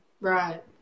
Right